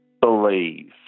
believe